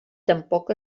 tampoc